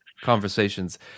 conversations